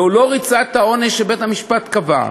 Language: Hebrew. והוא לא ריצה את העונש שבית-המשפט קבע.